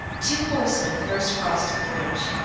two horsemen first crossed the bridge,